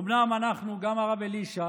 אומנם אנחנו, גם הרב אלישע